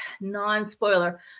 non-spoiler